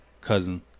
cousin